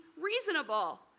reasonable